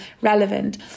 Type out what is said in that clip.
relevant